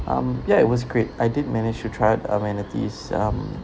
um ya it was great I did manage to try out the amenities um